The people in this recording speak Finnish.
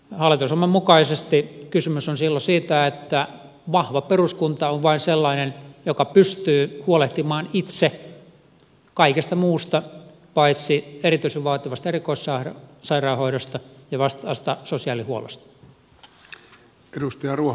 hallitusohjelman mukaisesti kysymys on silloin siitä että vahva peruskunta on vain sellainen joka pystyy huolehtimaan itse kaikesta muusta paitsi erityisen vaativasta erikoissairaanhoidosta ja vastaavasta sosiaalihuollosta